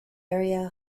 area